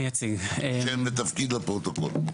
שם ותפקיד לפרוטוקול.